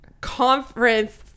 conference